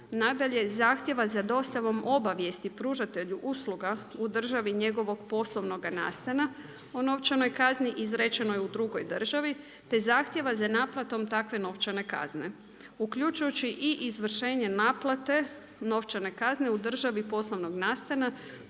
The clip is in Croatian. Nadalje, zahtjeva za dostavu obavijesti pružatelju usluga u državi njegovog poslovnog nastana o novčanoj kazni izrečenoj u drugoj državi, te zahtjeva za naplatom takve novčane kazne uključujući i izvršenje naplate novčane kazne u državi poslovnog nastana,